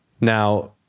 Now